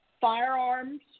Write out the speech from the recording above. firearms